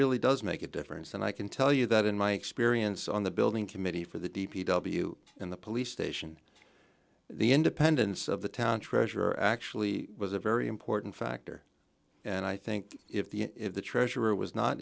really does make a difference and i can tell you that in my experience on the building committee for the d p w in the police station the independence of the town treasurer actually was a very important factor and i think if the if the treasurer was not